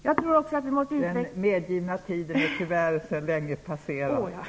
Den medgivna tiden är tyvärr sedan länge passerad.